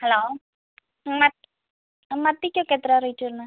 hello മത്ത് മത്തിക്ക് ഒക്കെ എത്രയാ റേറ്റ് വരുന്നത്